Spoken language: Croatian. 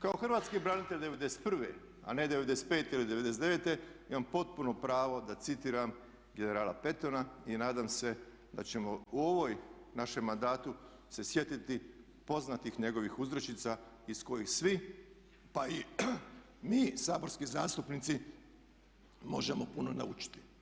Kao hrvatski branitelj '91. a ne '95. ili '99. imam potpuno pravo da citiram generala Pattona i nadam se da ćemo u ovom našem mandatu se sjetiti poznatih njegovih uzrečica iz kojih svi, pa i mi saborski zastupnici možemo puno naučiti.